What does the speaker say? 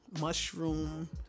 mushroom